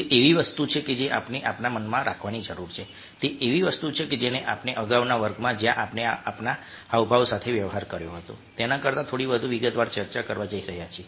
તે એવી વસ્તુ છે જેને આપણે આપણા મનમાં રાખવાની જરૂર છે તે એવી વસ્તુ છે જેની આપણે અગાઉના વર્ગમાં જ્યાં આપણે હાવભાવ સાથે વ્યવહાર કર્યો હતો તેના કરતાં થોડી વધુ વિગતવાર ચર્ચા કરવા જઈ રહ્યા છીએ